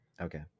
Okay